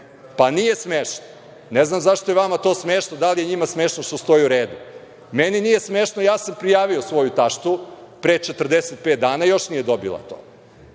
se. Nije smešno. Ne znam zašto je vama to smešno. Da li je njima smešno što stoje u redu? Meni nije smešno. Ja sam prijavio svoju taštu pre 45 dana i još nije dobila to.